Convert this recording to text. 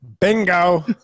Bingo